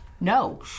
No